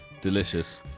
Delicious